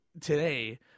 today